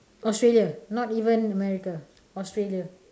australia not even america australia